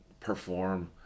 Perform